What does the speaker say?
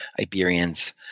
Iberians